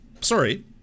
sorry